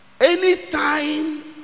Anytime